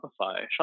Shopify